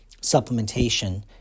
supplementation